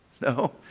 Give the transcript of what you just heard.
No